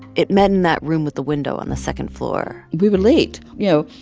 it met in that room with the window on the second floor we were late. you know,